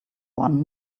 one